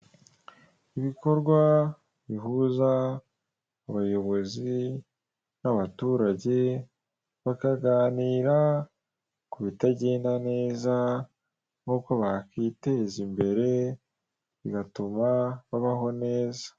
Ibikorwa bihuza abayobozi n'abaturage, bakaganira ku bitagenda neza n'uko bakwiteza imbere, bigatuma babaho neza.